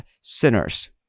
sinners